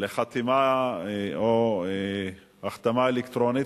לחתימה או החתמה אלקטרונית,